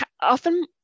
often